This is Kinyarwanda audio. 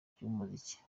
by’umuziki